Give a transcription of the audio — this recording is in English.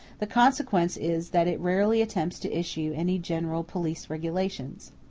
the consequence is that it rarely attempts to issue any general police regulations.